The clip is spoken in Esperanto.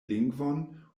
lingvon